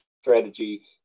strategy